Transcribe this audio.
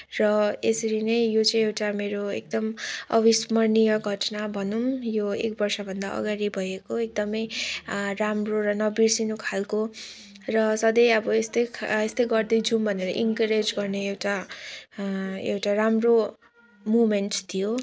र यसरी नै यो चाहिँ एउटा मेरो एकदम अविस्मरणीय घटना भनौँ यो एक बर्षभन्दा अगाडि भएको एकदमै राम्रो नबिर्सनु खालको र सधैँ अब यस्तै यस्तै यस्तै गर्दै जाऊँ इन्करेज गर्ने एउटा एउटा राम्रो मोमेन्ट थियो